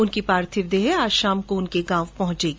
उनकी पार्थिव देह आज शाम को उनके गांव पहंचेगी